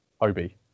Obi